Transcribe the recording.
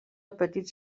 petits